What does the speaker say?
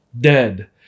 dead